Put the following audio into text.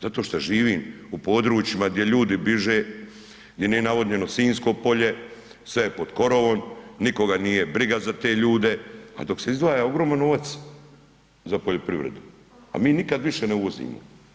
Zato što živim u područjima gdje ljudi biže, gdje nije navodnjeno sinjsko polje, sve je pod korovom, nikoga nije briga za te ljude, a dok se izdvaja ogroman novac za poljoprivredu, a mi nikad više ne uvozimo.